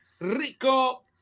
rico